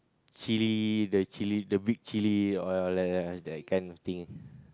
chilli the chilli the big chilli all like that kind of thing